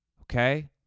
Okay